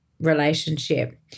relationship